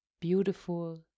beautiful